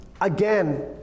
again